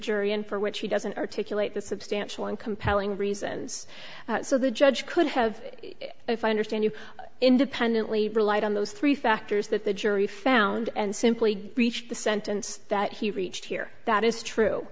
jury and for which he doesn't articulate the substantial and compelling reasons so the judge could have if i understand you independently relied on those three factors that the jury found and simply reached the sentence that he reached here that is true